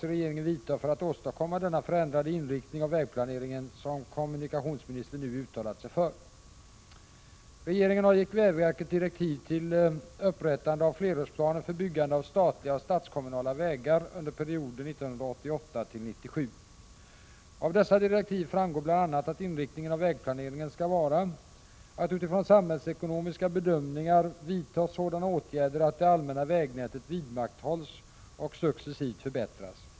Regeringen har gett vägverket direktiv för upprättande av flerårsplaner för byggande av statliga och statskommunala vägar under perioden 1988-1997. Av dessa direktiv framgår bl.a. att inriktningen av vägplaneringen skall vara att utifrån samhällsekonomiska bedömningar vidta sådana åtgärder att det allmänna vägnätet vidmakthålls och successivt förbättras.